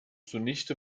zunichte